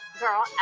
girl